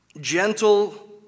gentle